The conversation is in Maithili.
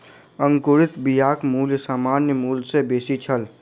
अंकुरित बियाक मूल्य सामान्य मूल्य सॅ बेसी छल